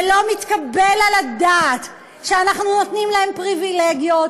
זה לא מתקבל על הדעת שאנחנו נותנים להם פריבילגיות,